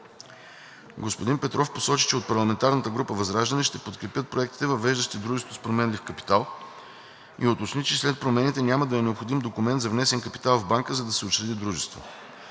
Господин Петър Петров посочи, че от парламентарната група на ВЪЗРАЖДАНЕ ще подкрепят проектите, въвеждащи дружеството с променлив капитал, и уточни, че след промените няма да е необходим документ за внесен капитал в банка, за да се учреди дружество.